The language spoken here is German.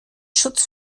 schutz